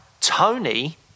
Tony